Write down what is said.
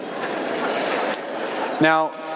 Now